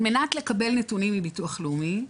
על מנת לקבל נתונים מביטוח לאומי,